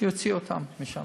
שיוציאו אותו משם.